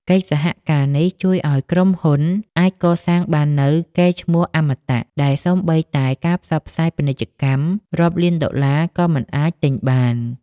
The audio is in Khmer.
កិច្ចសហការនេះជួយឱ្យក្រុមហ៊ុនអាចកសាងបាននូវ "កេរ្តិ៍ឈ្មោះអមតៈ" ដែលសូម្បីតែការផ្សព្វផ្សាយពាណិជ្ជកម្មរាប់លានដុល្លារក៏មិនអាចទិញបាន។